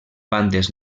bandes